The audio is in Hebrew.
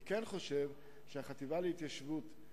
אני כן חושב שהחטיבה להתיישבות,